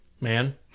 Man